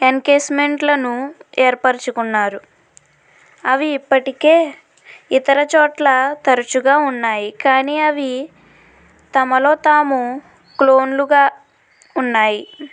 ఎన్కేస్మెంట్లను ఏర్పరచుకున్నారు అవి ఇప్పటికే ఇతర చోట్ల తరచుగా ఉన్నాయి కానీ అవి తమలో తాము క్లోన్లుగా ఉన్నాయి